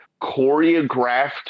choreographed